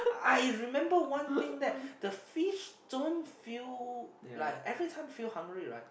I remember one thing that the fish don't feel like every time feel hungry right